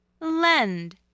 Lend